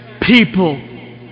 people